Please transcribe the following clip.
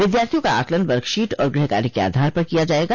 विद्यार्थियों का आकलन वर्कशीट और गृहकार्य के आधार पर किया जाएगा